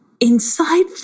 inside